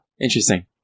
interesting